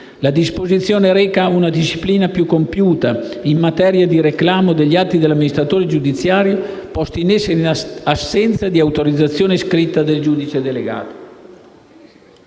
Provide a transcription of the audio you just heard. La disposizione reca una disciplina più compiuta in materia di reclamo degli atti dell'amministratore giudiziario posti in essere in assenza di autorizzazione scritta del giudice delegato.